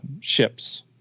ships